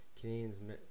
Canadians